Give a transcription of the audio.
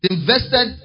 Invested